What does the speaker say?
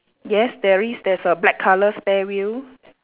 yes there is there's a black colour spare wheel